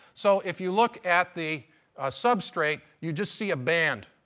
so if you look at the substrate you just see a band.